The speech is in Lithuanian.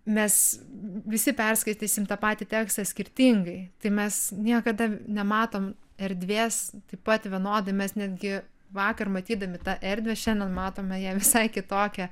mes visi perskaitysim tą patį tekstą skirtingai tai mes niekada nematom erdvės taip pat vienodai mes netgi vakar matydami tą erdvę šiandien matome ją visai kitokią